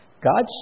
God